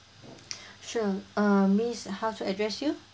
sure uh miss how to address you